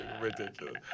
ridiculous